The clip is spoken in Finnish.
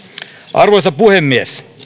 arvoisa puhemies